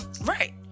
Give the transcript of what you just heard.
right